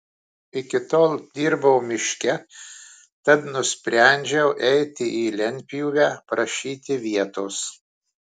iki tol dirbau miške tad nusprendžiau eiti į lentpjūvę prašyti vietos